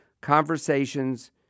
conversations